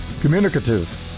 communicative